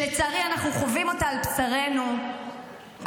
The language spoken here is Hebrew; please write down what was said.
שלצערי אנחנו חווים אותה על בשרנו כבר